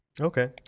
okay